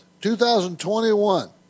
2021